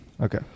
Okay